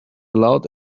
loud